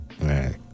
Right